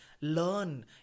learn